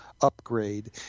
upgrade